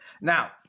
Now